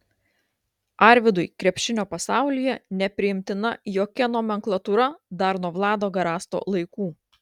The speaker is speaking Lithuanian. arvydui krepšinio pasaulyje nepriimtina jokia nomenklatūra dar nuo vlado garasto laikų